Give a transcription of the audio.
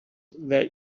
that